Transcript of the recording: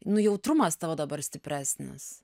nu jautrumas tavo dabar stipresnis